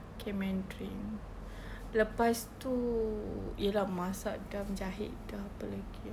okay mandarin lepas itu ya lah masak sudah menjahit sudah apa lagi ah